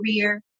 career